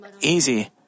easy